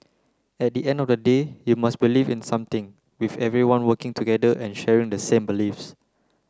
at the end of the day you must believe in something with everyone working together and sharing the same beliefs